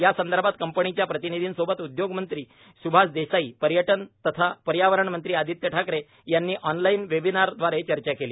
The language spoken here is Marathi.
या संदर्भात कंपनीच्या प्रतिनिधींसोबत उद्योगमंत्री स्भाष देसाई पर्यटन तथा पर्यावरण मंत्री आदित्य ठाकरे यांनी ऑनलाईन वेबिनारदवारे चर्चा केली